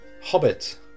Hobbit